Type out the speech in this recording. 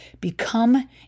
become